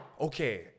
okay